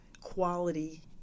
quality